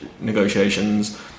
negotiations